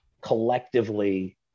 collectively